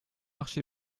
marché